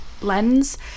lens